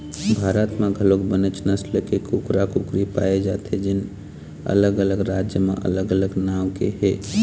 भारत म घलोक बनेच नसल के कुकरा, कुकरी पाए जाथे जेन अलग अलग राज म अलग अलग नांव के हे